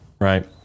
right